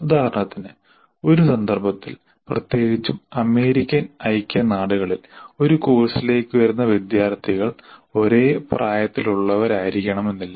ഉദാഹരണത്തിന് ഒരു സന്ദർഭത്തിൽ പ്രത്യേകിച്ചും അമേരിക്കൻ ഐക്യനാടുകളിൽ ഒരു കോഴ്സിലേക്ക് വരുന്ന വിദ്യാർത്ഥികൾ ഒരേ പ്രായത്തിലുള്ളവരായിരിക്കണമെന്നില്ല